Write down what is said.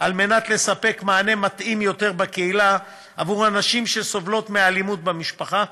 על מנת לספק מענה מתאים יותר בקהילה עבור הנשים שסובלות מאלימות במשפחה.